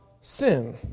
sin